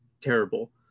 terrible